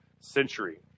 century